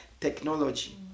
technology